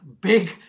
big